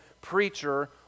preacher